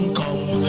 come